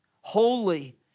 holy